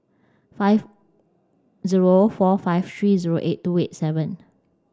five zero four five three zero eight two eight seven